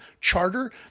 charter